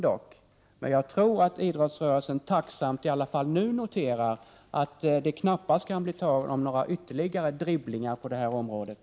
Jag tror i alla fall idrottsrörelsen tacksamt noterar att det knappast kan bli tal om några ytterligare dribblingar på det här området.